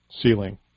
ceiling